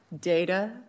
data